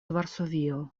varsovio